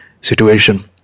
situation